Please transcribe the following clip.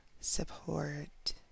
support